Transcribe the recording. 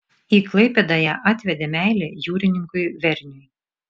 į klaipėdą ją atvedė meilė jūrininkui verniui